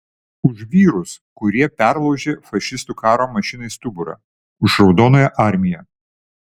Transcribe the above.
už vyrus kurie perlaužė fašistų karo mašinai stuburą už raudonąją armiją